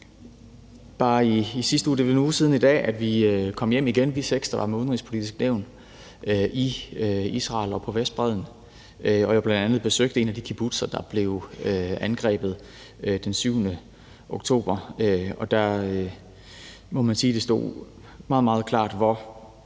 de er. Det er vel en uge siden i dag, at vi seks, der var med Det Udenrigspolitiske Nævn i Israel og på Vestbredden, kom hjem igen. Vi besøgte jo bl.a. en af de kibbutzer, der blev angrebet den 7. oktober, og der må man sige, det stod meget, meget klart, hvor